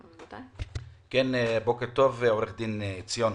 בוקר טוב, עו"ד עציון.